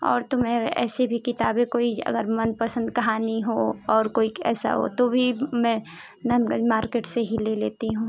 और तो मैं ऐसे भी किताबें कोई अगर मनपसंद कहानी हो और कोई ऐसा हो तो भी मैं नन्द गज मार्केट से ही ले लेती हूँ